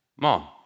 Mom